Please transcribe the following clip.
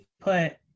put